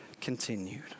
continued